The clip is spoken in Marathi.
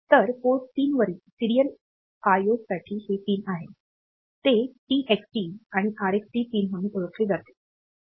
तर पोर्ट 3 वरील सीरियल आयओसाठी हे पिन आहेत ते टीएक्सडी आणि आरएक्सडी पिन म्हणून ओळखले जाते